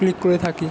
click করে থাকি